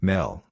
Mel